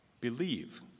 believe